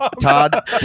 Todd